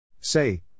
Say